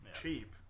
cheap